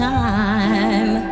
time